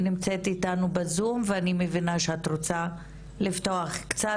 היא נמצאת איתנו בזום ואני מבינה שאת רוצה לפתוח קצת,